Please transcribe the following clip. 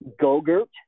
Gogurt